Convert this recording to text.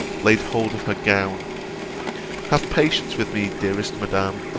laid hold of her gown have patience with me, dearest madam!